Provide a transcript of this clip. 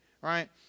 right